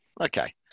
Okay